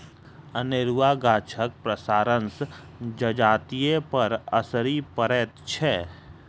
अनेरूआ गाछक पसारसँ जजातिपर असरि पड़ैत छै